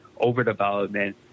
overdevelopment